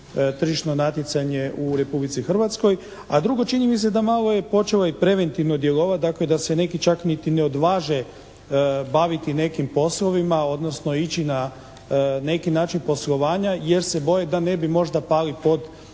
tržišno natjecanje u Republici Hrvatskoj, a drugo čini mi se da malo je počelo i preventivno djelovati, dakle da se neki čak niti ne odvaže baviti nekim poslovima, odnosno ići na neki način poslovanja jer se boje da ne bi možda pali pod škare